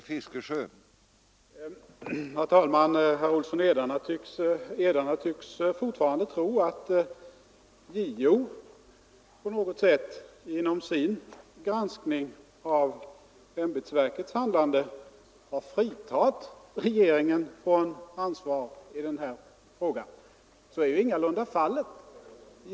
Herr talman! Herr Olsson i Edane tycks fortfarande tro att JO efter sin granskning av ämbetsverkets handlande har fritagit regeringen från ansvar i denna fråga. Så är ingalunda fallet.